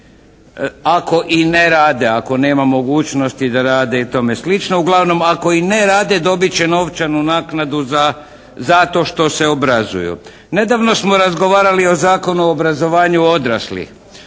Ako i ne rade, ako nema mogućnosti da rade i tome slično. Uglavnom ako i ne rade dobit će novčanu naknadu zato što se obrazuju. Nedavno smo razgovarali o Zakonu o obrazovanju odraslih